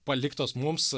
paliktos mums